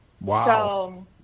Wow